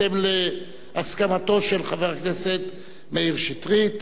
בהתאם להסכמתו של חבר הכנסת מאיר שטרית.